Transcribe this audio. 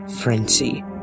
frenzy